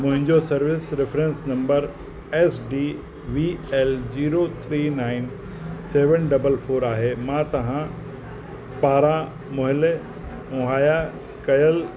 मुंहिंजो service reference number S D V L zero three nine seven double four आहे मां तव्हां पारां मुहैले मुहैया कयलु